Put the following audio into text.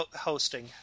hosting